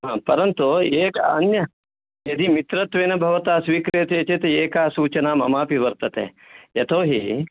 ह परन्तु एका अन्या यदि मित्रत्वेन भवता स्वीक्रियते चेत् एका सूचना ममापि वर्तते यतोहि